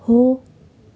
हो